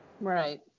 Right